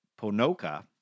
Ponoka